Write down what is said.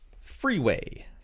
Freeway